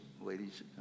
ladies